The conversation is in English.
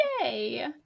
Yay